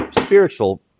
spiritual